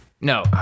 No